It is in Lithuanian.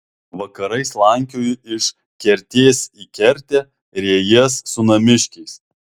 vakarais slankioji iš kertės į kertę riejies su namiškiais